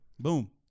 boom